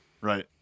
right